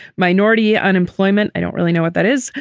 minority unemployment. i don't really know what that is.